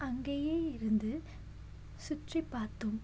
அங்கேயே இருந்து சுற்றிப்பார்த்தோம்